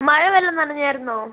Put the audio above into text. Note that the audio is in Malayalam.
മഴ വല്ലതും നനഞ്ഞിരുന്നോ